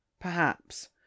Perhaps